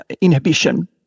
inhibition